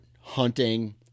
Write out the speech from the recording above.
hunting